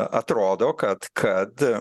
atrodo kad kad